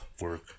work